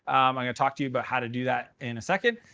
i'm going to talk to you about how to do that in a second.